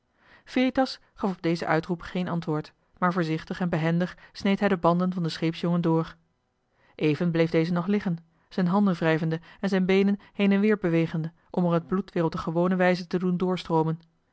gaf op dezen uitroep geen antwoord maar voorzichtig en behendig sneed hij de banden van den scheepsjongen door even bleef deze nog liggen zijn handen wrijvende en zijn beenen heen en weer bewegende om er het bloed weer op de gewone wijze te doen doorstroomen